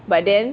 but then